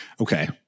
Okay